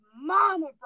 mama